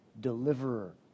Deliverer